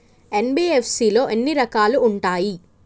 NBFC లో ఎన్ని రకాలు ఉంటాయి?